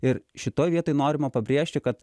ir šitoj vietoj norima pabrėžti kad